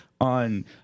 on –